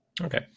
Okay